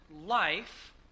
life